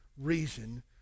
reason